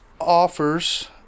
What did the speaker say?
offers